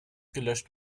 gelöscht